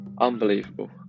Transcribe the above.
unbelievable